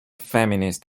feminist